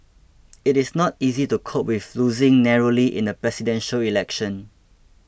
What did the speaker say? it is not easy to cope with losing narrowly in a Presidential Election